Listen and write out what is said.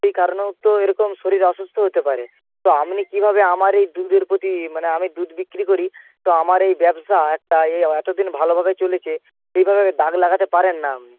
সেই কারণেও তো এরকম শরীর অসুস্থ হতে পারে তো আপনি কীভাবে আমার এই দুধের প্রতি মানে আমি দুধ বিক্রি করি তো আমার এই ব্যবসা একটা এ এতদিন ভালোভাবে চলেছে এইভাবে দাগ লাগাতে পারেন না আপনি